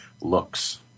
looks